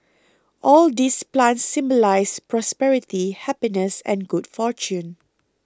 all these plants symbolise prosperity happiness and good fortune